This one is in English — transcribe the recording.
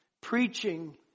preaching